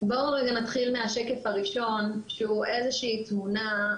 בואו נתחיל מהשקף הראשון שהוא איזו שהיא תמונה.